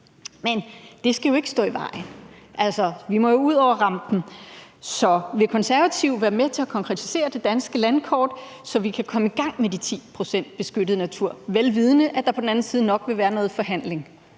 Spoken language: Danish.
Men det skal jo ikke stå i vejen. Altså, vi må jo ud over rampen. Vil Konservative være med til at konkretisere det danske landkort, så vi kan komme i gang med de 10 pct. strengt beskyttet natur, vel vidende at der nok på den anden side vil være noget forhandling?